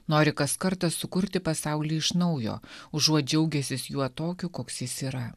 nori kas kartą sukurti pasaulį iš naujo užuot džiaugęsis juo tokiu koks jis yra